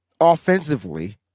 offensively